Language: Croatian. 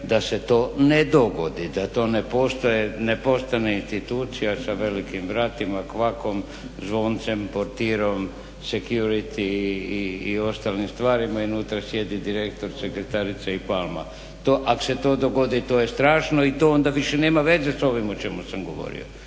da se to ne dogodi, da to ne postane institucija sa velikim vratima, kvakom, zvoncem, portirom, security i ostalim stvarima i unutra sjedi direktor, sekretarica i palma. Ak se to dogodi to je strašno i to onda više nema veze s ovim o čemu sam govorio.